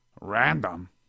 Random